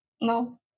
No